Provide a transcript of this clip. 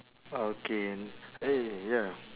okay eh ya